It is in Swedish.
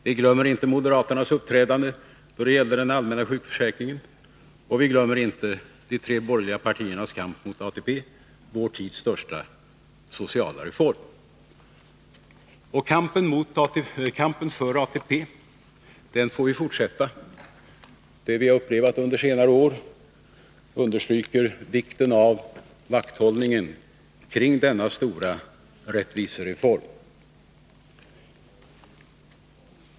Vi glömmer inte moderaternas uppträdande när det gällde den allmänna sjukförsäkringen, och vi glömmer inte de tre borgerliga partiernas kamp mot ATP, vår tids största sociala reform. Och kampen för ATP får vi fortsätta. Det vi har upplevt under senare år understryker vikten av vakthållningen kring denna stora rättvisereform.